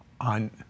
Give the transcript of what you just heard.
On